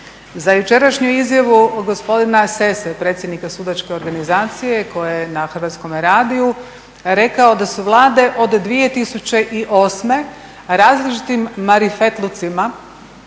za jučerašnju izjavu gospodina Sese, predsjednika sudačke organizacije koji je na Hrvatskome radiju rekao da su vlade od 2008. različitim marifetlucima,